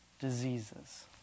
diseases